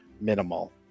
minimal